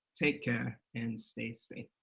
take care, and stay safe.